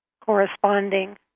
corresponding